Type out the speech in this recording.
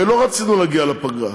הרי לא רצינו להגיע לפגרה,